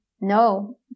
no